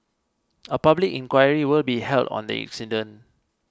a public inquiry will be held on the incident